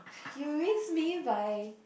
you miss me by